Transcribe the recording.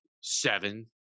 seven